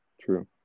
True